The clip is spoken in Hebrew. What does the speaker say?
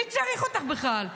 מי צריך אותך בכלל?